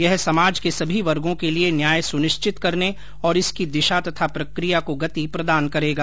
यह समाज के सभी वर्गों के लिए न्याय सुनिश्चित करने और इसकी दिशा तथा प्रक्रिया को गति प्रदान करेगा